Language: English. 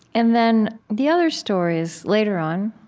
and then the other stories, later on,